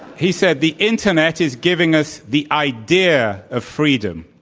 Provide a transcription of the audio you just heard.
he said, the internet is giving us the idea of freedom.